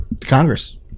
Congress